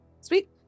sweet